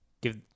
Give